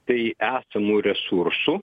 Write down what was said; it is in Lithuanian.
tai esamų resursų